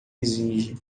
exige